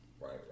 right